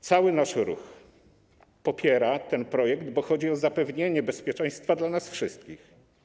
Cały nasz ruch popiera ten projekt, bo chodzi o zapewnienie bezpieczeństwa nam wszystkim.